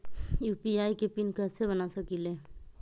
UPI के PIN कैसे बना सकीले?